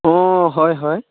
অঁ হয় হয়